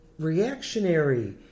Reactionary